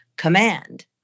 command